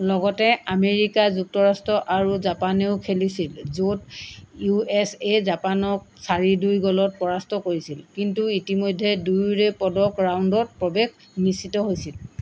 লগতে আমেৰিকা যুক্তৰাষ্ট্ৰ আৰু জাপানেও খেলিছিল য'ত ইউ এছে জাপানক চাৰি দুই গ'লত পৰাস্ত কৰিছিল কিন্তু ইতিমধ্যে দুয়োৰে পদক ৰাউণ্ডত প্ৰৱেশ নিশ্চিত হৈছিল